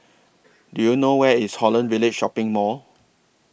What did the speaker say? Do YOU know Where IS Holland Village Shopping Mall